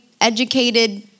educated